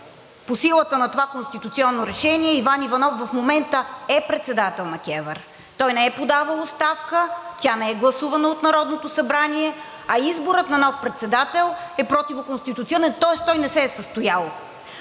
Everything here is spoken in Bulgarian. По силата на това конституционно решение Иван Иванов в момента е председател на КЕВР, той не е подавал оставка, тя не е гласувана от Народното събрание, а изборът на нов председател е противоконституционен, тоест той не се е състоял.